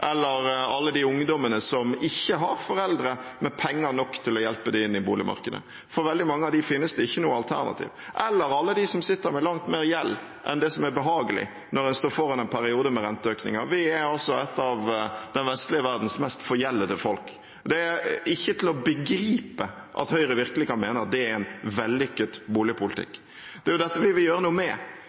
eller alle de ungdommene som ikke har foreldre med penger nok til å hjelpe dem inn i boligmarkedet, for veldig mange av dem finnes det ikke noe alternativ, eller alle dem som sitter med langt mer gjeld enn det som er behagelig når en står foran en periode med renteøkninger. Vi er altså et av den vestlige verdens mest forgjeldede folk. Det er ikke til å begripe at Høyre virkelig kan mene at det er en vellykket boligpolitikk. Det er dette vi vil gjøre noe med.